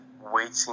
waiting